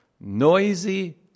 noisy